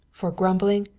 for grumbling,